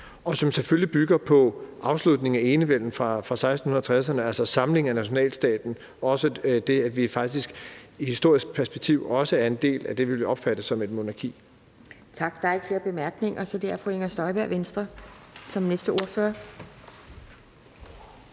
og som selvfølgelig bygger på afslutningen af enevælden fra 1660'erne, altså samling af nationalstaten. Og det, at vi faktisk i et historisk perspektiv også er en del af det, vi vil opfatte som et monarki. Kl. 11:19 Anden næstformand (Pia Kjærsgaard): Tak. Der er ikke flere korte bemærkninger, så det er fru Inger Støjberg, Venstre, som den næste ordfører.